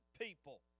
people